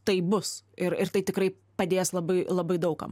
tai bus ir ir tai tikrai padės labai labai daug kam